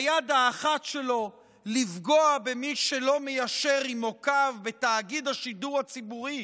ביד האחת שלו לפגוע במי שלא מיישר עימו קו בתאגיד השידור הציבורי,